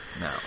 No